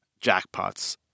jackpots